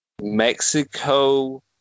mexico